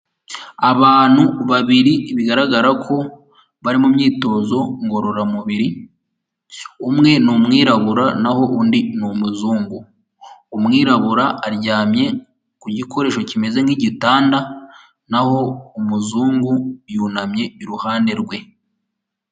Abantu babiri bigaragara ko bari mu myitozo ngororamubiri, umwe ni umwirabura naho undi ni umuzungu, umwirabura aryamye ku gikoresho kimeze nk'igitanda, naho umuzungu yunamye iruhande rwe.